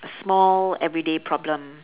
small everyday problem